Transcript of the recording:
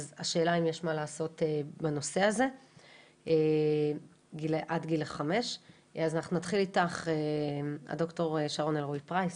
אז השאלה אם יש מה לעשות בנושא הזה עד גיל 5. אז אנחנו נתחיל איתך ד"ר שרון אלרעי-פרייס,